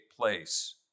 place